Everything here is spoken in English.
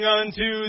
unto